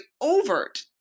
overt